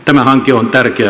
tämä hanke on tärkeä